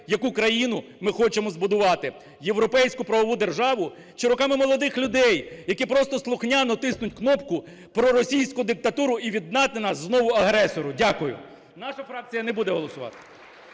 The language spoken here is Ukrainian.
яку країну ми хочемо збудувати: європейську правову державу чи руками молодих людей, які просто слухняно тиснуть кнопку, проросійську диктатуру і віддати знову нас агресору. Дякую. Наша фракція не буде голосувати.